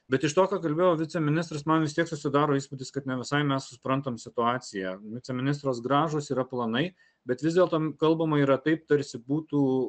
bet iš to ką kalbėjo viceministras man vis tiek susidaro įspūdis kad ne visai mes suprantam situaciją viceministras gražūs yra planai bet vis dėlto kalbama yra taip tarsi būtų